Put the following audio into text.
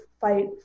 fight